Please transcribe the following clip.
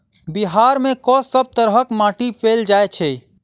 बिहार मे कऽ सब तरहक माटि पैल जाय छै?